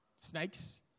snakes